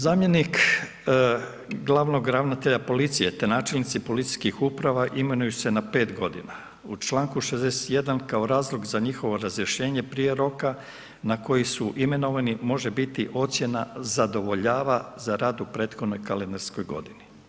Zamjenik glavnog ravnatelja policije, te načelnici policijskih uprava imenuju se na 5.g. U čl. 61. kao razlog za njihovo razrješenje prije roka na koji su imenovani, može biti ocjena zadovoljava za rad u prethodnoj kalendarskoj godini.